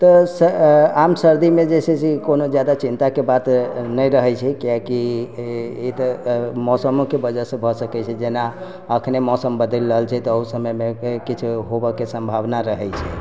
तऽ आम सर्दी मे जे छै से ई कोनो जादा चिन्ता के बात नहि रहै छै कियाकी ई तऽ मौसमो के वजह सँ भऽ सकै छै जेना अखने मौसम बदैल रहल छै तऽ अहु समय मे किछु होबए के संभावना रहै छै